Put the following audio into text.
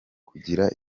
kugira